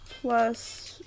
plus